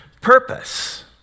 purpose